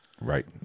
Right